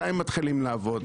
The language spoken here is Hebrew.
מתי מתחילים לעבוד,